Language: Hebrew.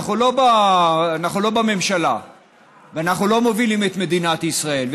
אנחנו לא בממשלה ואנחנו לא מובילים את מדינת ישראל,